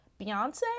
Beyonce